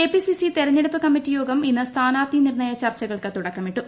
KPCC തെരഞ്ഞെടുപ്പ് കമ്മിറ്റിയോഗം ഇന്ന് പ്ര സ്ഥാനാർഥി നിർണയ ചർച്ചകൾക്ക് തുടക്കമിട്ടു